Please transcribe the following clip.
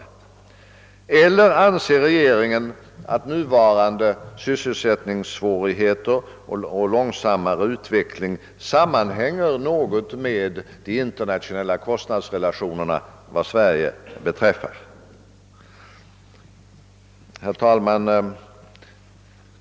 Eller anser regeringen att nuvarande sysselsättningssvårigheter och långsammare utvecklingstakt sammanhänger något med de internationella kostnadsrelationerna vad Sverige beträffar? Herr talman!